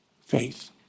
faith